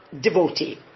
devotee